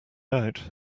out